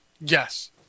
Yes